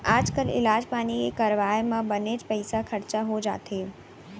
आजकाल इलाज पानी के करवाय म बनेच पइसा खरचा हो जाथे